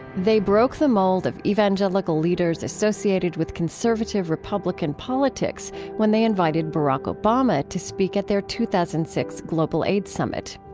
they broke the mold of evangelical leaders associated with conservative republican politics when they invited barack obama to speak at their two thousand and six global aid summit.